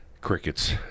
Crickets